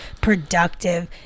productive